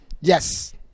Yes